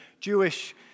Jewish